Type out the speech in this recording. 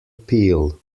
peel